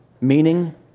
meaning